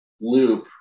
loop